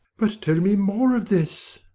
but tell me more of this.